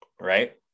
Right